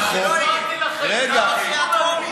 אחרי הקריאה הראשונה יהיה לנו קל להוריד את זה.